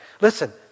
Listen